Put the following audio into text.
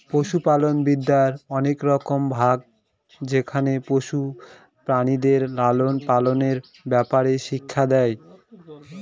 পশুপালনবিদ্যার অনেক রকম ভাগ যেখানে পশু প্রাণীদের লালন পালনের ব্যাপারে শিক্ষা দেয়